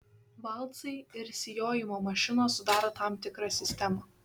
valcai ir sijojimo mašinos sudaro tam tikrą sistemą